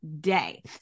day